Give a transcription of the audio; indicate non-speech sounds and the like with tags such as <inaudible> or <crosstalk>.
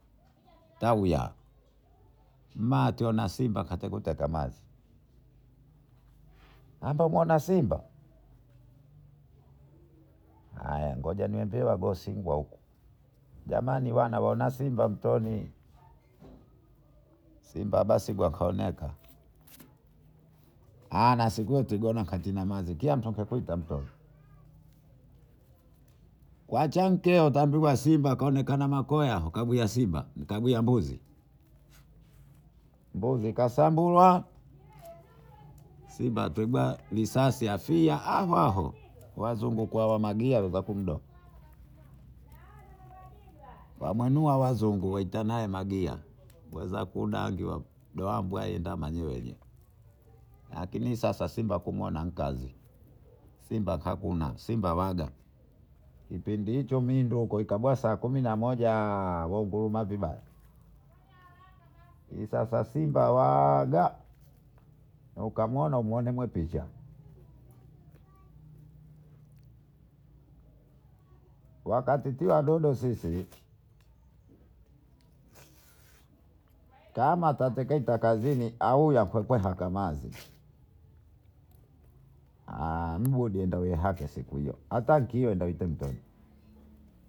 Tawiya ma akionasimba kategutagamazi ambakuonasimba haya ngojanimepewabisingwa huku jamani wana waonasimba mtoni Simba basi gakaoneka <hesitation> <unintelligible> wachanke ntambiwasimba kaonekana makoya kagua Simba kagua mbuzi, mbuzi kasambulwa Simba kapigwa risasi kafia hapohapo wazungu kawamagia wawezakumdogo wamuinua wazungu waitanayemagia <unintelligible> lakini sasa Simba kumuona nikazi. Simba hakuna simba saga kipindi hicho mindiokuikaguasakuminamoja waungolumavibaya isasasimbawaga ikagamuonamwapicha wakatitiwadodosisi kamaatateketakazini auyahakuwaakamaze <hesitation> <unintelligible>